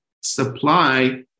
supply